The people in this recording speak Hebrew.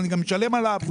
אני גם משלם על העבודה.